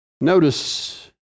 Notice